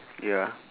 ya